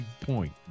point